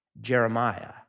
Jeremiah